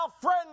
friend